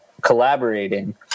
collaborating